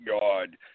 God